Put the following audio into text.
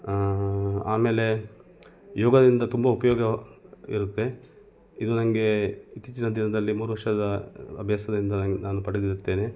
ಆಮೇಲೆ ಯೋಗದಿಂದ ತುಂಬ ಉಪಯೋಗ ಇರುತ್ತೆ ಇದು ನನಗೆ ಇತ್ತೀಚಿನ ದಿನದಲ್ಲಿ ಮೂರು ವರ್ಷದ ಅಭ್ಯಾಸದಿಂದ ನಂಗೆ ನಾನು ಪಡೆದಿರುತ್ತೇನೆ